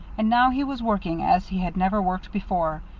and now he was working as he had never worked before.